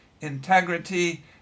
integrity